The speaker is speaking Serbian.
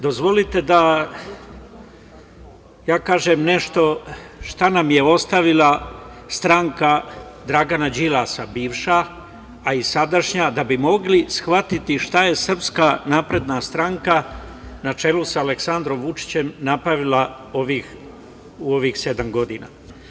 Dozvolite da ja kažem nešto šta nam je ostavila stranka Dragana Đilasa, bivša, a i sadašnja, da bi mogli shvatiti šta je Srpska napredna stranka na čelu sa Aleksandrom Vučićem napravila u ovih sedam godina.